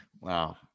wow